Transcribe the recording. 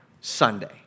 Sunday